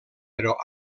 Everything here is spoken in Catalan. però